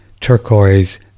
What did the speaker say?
turquoise